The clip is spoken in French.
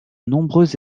nombreuses